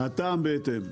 הטעם בהתאם.